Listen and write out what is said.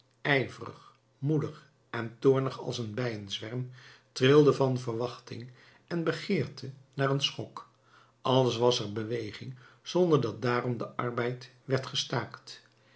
ijverig moedig en toornig als een bijenzwerm trilde van verwachting en begeerte naar een schok alles was er beweging zonder dat daarom de arbeid werd gestaakt